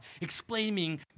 exclaiming